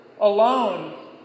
alone